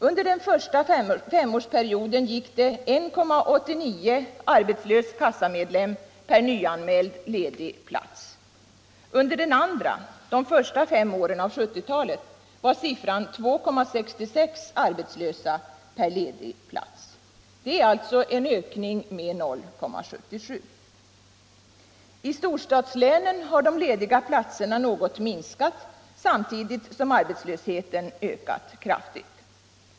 Under den första femårsperioden gick det 1,89 arbetslösa kassamedlemmar per nyanmäld ledig plats. Under den andra — de första fem åren av 1970-talet — var siffran 2,66 arbetslösa per ledig plats. Det är alltså en ökning med 0,77. I storstadslänen har antalet lediga platser något minskat samtidigt som arbetslösheten ökat kraftigt.